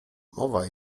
mowa